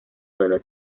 sólo